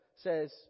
says